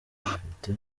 zifite